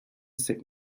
sick